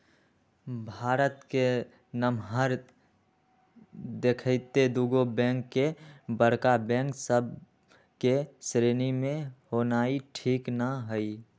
भारत के नमहर देखइते दुगो बैंक के बड़का बैंक सभ के श्रेणी में होनाइ ठीक न हइ